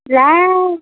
ला